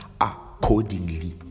accordingly